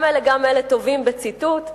גם אלה גם אלה טובים בציטוט: